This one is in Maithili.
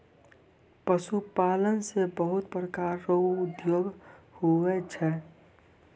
पशुपालन से बहुत प्रकार रो उद्योग हुवै छै